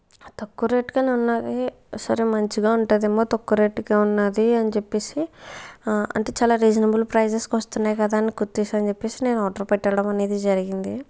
తక్కువ రేట్ కి ఉన్నది సరే మంచిగా ఉంటది ఏమో తక్కువ రేటు కే ఉంది అని చెప్పేసి అంటే చాలా రీజనబుల్ ప్రైసెస్ కి వస్తున్నాయి కదా అని కుర్తిస్ అని చెప్పేసి నేను ఆర్డర్ పెట్టడం అనేది జరిగింది